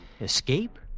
Escape